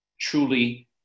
truly